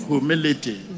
Humility